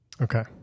Okay